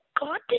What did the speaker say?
God